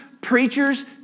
preachers